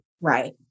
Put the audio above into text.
Right